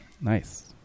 Nice